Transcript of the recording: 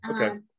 Okay